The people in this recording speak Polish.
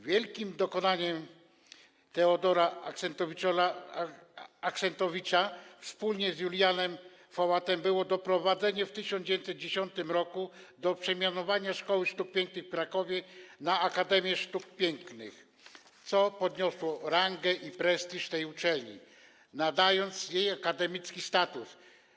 Wielkim dokonaniem Teodora Axentowicza wspólnie z Julianem Fałatem było doprowadzenie w 1910 r. do przemianowania Szkoły Sztuk Pięknych w Krakowie na Akademię Sztuk Pięknych, co podniosło rangę i prestiż tej uczelni, nadając jej akademicki status.